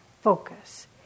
focus